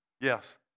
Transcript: Yes